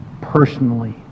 Personally